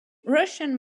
russian